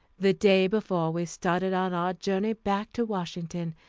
the day before we started on our journey back to washington,